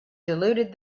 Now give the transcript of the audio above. diluted